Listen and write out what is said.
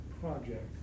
Project